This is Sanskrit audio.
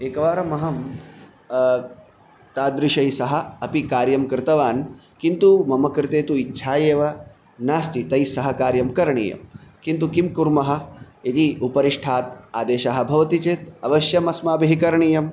एकवारमहं तादृशै सह अपि कार्यं कृतवान् किन्तु मम कृते तु इच्छा एव नास्ति तैस्सह कार्यं करणीयं किन्तु किं कुर्मः यदि उपरिष्ठात् आदेशः भवति चेत् अवश्यमस्माभिः करणीयं